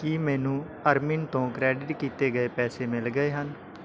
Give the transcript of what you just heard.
ਕੀ ਮੈਨੂੰ ਅਰਮਿਨ ਤੋਂ ਕ੍ਰੈਡਿਟ ਕੀਤੇ ਗਏ ਪੈਸੇ ਮਿਲ ਗਏ ਹਨ